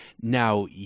Now